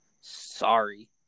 sorry